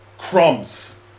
crumbs